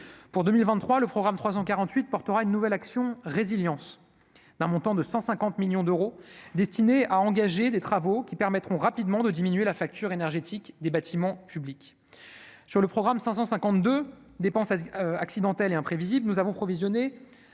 pour 2023 le programme 348 portera une nouvelle action résilience, d'un montant de 150 millions d'euros destinés à engager des travaux qui permettront rapidement de diminuer la facture énergétique des bâtiments publics sur le programme 552 dépenses accidentelles et imprévisible, nous avons provisionné